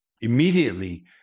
immediately